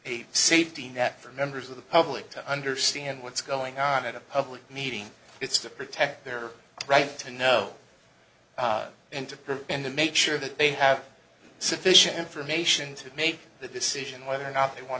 a safety net for members of the public to understand what's going on in a public meeting it's to protect their right to know and to make sure that they have sufficient information to made the decision whether or not they want